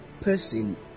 person